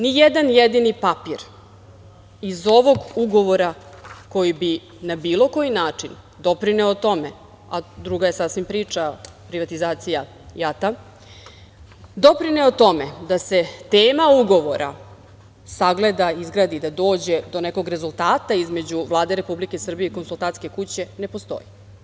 Nijedan jedini papri iz ovog ugovora koji bi na bilo koji način doprineo tome, a druga je sasvim priča privatizacija JAT doprineo tome da se tema ugovora sagleda, izgradi, da dođe do nekog rezultata između Vlade Republike Srbije i konsultantske kuće ne postoji.